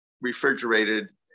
refrigerated